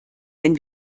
wenn